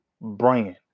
brand